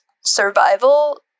survival